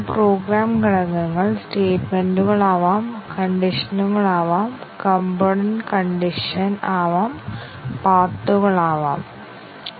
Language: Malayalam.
ഒരു പ്രോഗ്രാമിന്റെ കൺട്രോൾ ഫ്ലോ ഗ്രാഫിലാണ് ലീനിയർലി ഇൻഡിപെൻഡെന്റ് പാതകൾ നിർവചിച്ചിരിക്കുന്നത്